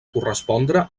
correspondre